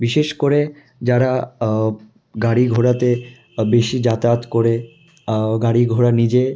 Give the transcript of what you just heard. বিশেষ করে যারা গাড়ি ঘোড়াতে বেশি যাতায়াত করে গাড়ি ঘোড়া নিজে